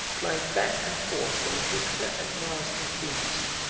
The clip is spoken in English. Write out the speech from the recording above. plying back and forth from jupiter and mars and venus,